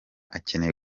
akeneye